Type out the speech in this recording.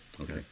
Okay